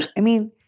i mean,